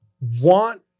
want